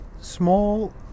small